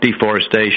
deforestation